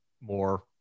more